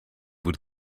would